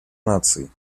наций